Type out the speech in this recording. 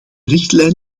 richtlijn